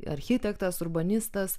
architektas urbanistas